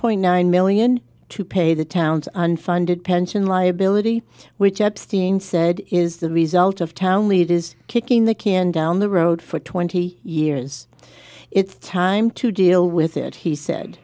point nine million to pay the town's unfunded pension liability which epstein said is the result of town leaders kicking the can down the road for twenty years it's time to deal with it he said